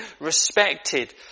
respected